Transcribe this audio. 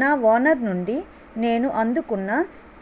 నా ఓనర్ నుండి నేను అందుకున్న